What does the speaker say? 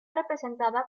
representada